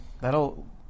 That'll